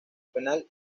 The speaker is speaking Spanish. penal